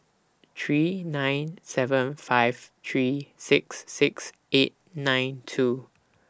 three nine seven five three six six eight nine two